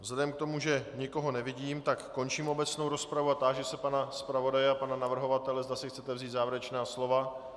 Vzhledem k tomu, že nikoho nevidím, končím obecnou rozpravu a táži se pana zpravodaje a pana navrhovatele, zda si chcete vzít závěrečná slova.